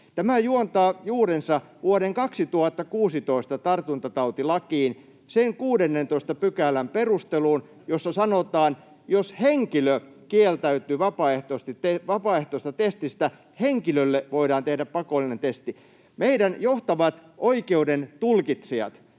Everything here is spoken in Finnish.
Tämä juontaa juurensa vuoden 2016 tartuntatautilakiin, sen 16 §:n perusteluun, jossa sanotaan: jos henkilö kieltäytyy vapaaehtoisesta testistä, henkilölle voidaan tehdä pakollinen testi. Meidän johtavat oikeuden tulkitsijat,